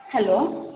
hello